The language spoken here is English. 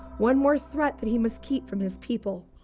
one more threat that he must keep from his people,